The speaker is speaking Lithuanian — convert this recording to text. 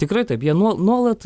tikrai taip jie nuo nuolat